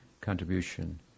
contribution